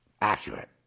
Accurate